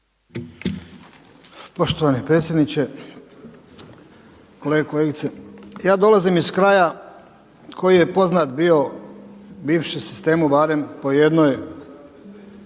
Poštovani predsjedniče, kolege i kolegice. Ja dolazim iz kraja koji je poznat bio bivšem sistemu barem po jednoj